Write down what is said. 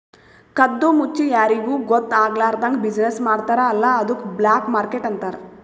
ಕದ್ದು ಮುಚ್ಚಿ ಯಾರಿಗೂ ಗೊತ್ತ ಆಗ್ಲಾರ್ದಂಗ್ ಬಿಸಿನ್ನೆಸ್ ಮಾಡ್ತಾರ ಅಲ್ಲ ಅದ್ದುಕ್ ಬ್ಲ್ಯಾಕ್ ಮಾರ್ಕೆಟ್ ಅಂತಾರ್